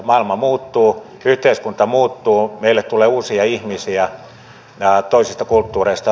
maailma muuttuu yhteiskunta muuttuu meille tulee uusia ihmisiä toisista kulttuureista